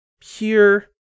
pure